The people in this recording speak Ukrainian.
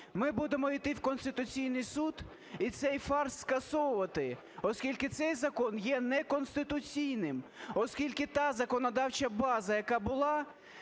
Ми будемо йти в Конституційний Суд і цей фарс скасовувати, оскільки цей закон є неконституційним. Оскільки та законодавча база, яка була,